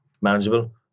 manageable